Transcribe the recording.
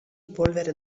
polvere